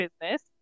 business